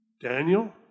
Daniel